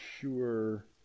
sure